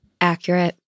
Accurate